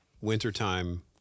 Wintertime